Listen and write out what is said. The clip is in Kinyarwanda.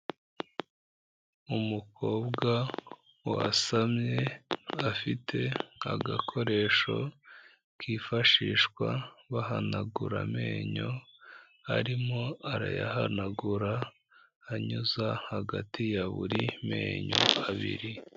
Umukobwa wasamye afite agakoresho kifashishwa bahanagura amenyo, arimo arayahanagura anyuza hagati ya buri menyo abiri.